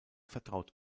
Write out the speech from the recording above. vertraut